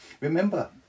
Remember